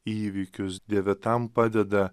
įvykius dieve tam padeda